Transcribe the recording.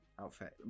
outfit